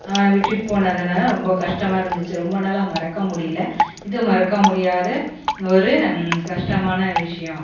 அவன் விட்டுவிட்டு போனதுனால ரொம்ப கஸ்டமாக இருந்துச்சு ரொம்ப நாளாக மறக்க முடியல இது மறக்க முடியாத ஒரு கஷ்டமான விஷயம்